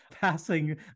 passing